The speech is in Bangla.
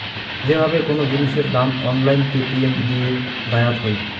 যে ভাবে কোন জিনিসের দাম অনলাইন পেটিএম দিয়ে দায়াত হই